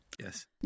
Yes